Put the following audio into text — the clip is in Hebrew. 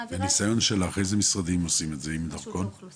מניסיון שלך, איזה משרדים עושים את זה עם דרכון?